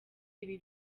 ibi